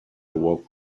walk